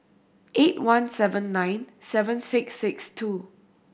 eight one seven nine seven six six two